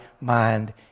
mind